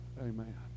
amen